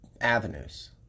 avenues